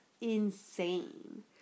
insane